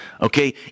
okay